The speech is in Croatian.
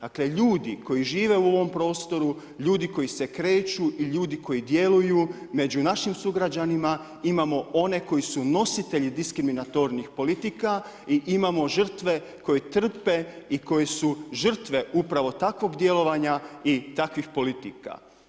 Dakle, ljudi koji žive u ovom prostoru, ljudi koji se kreću i ljudi koji djeluju, među našim sugrađanima imamo one koji su nositelji diskriminatornih politika i imamo žrtve koje trpe i koje su žrtve upravo takvog djelovanja i takvih politika.